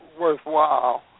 worthwhile